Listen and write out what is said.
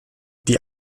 die